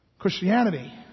Christianity